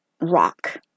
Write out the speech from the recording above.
rock